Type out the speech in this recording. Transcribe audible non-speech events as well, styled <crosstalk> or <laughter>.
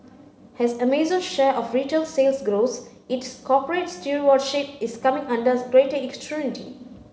as Amazon's share of retail sales grows its corporate stewardship is coming under greater <unintelligible>